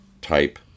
type